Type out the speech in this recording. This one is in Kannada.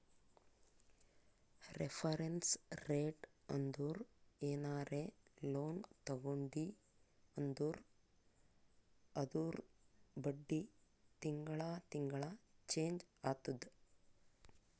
ರೆಫರೆನ್ಸ್ ರೇಟ್ ಅಂದುರ್ ಏನರೇ ಲೋನ್ ತಗೊಂಡಿ ಅಂದುರ್ ಅದೂರ್ ಬಡ್ಡಿ ತಿಂಗಳಾ ತಿಂಗಳಾ ಚೆಂಜ್ ಆತ್ತುದ